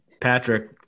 Patrick